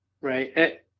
right